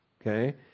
Okay